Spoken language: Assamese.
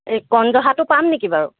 এই কণ জহাটো পাম নেকি বাৰু